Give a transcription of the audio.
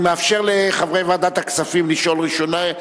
אני מאפשר לחברי ועדת הכספים לשאול ראשונים.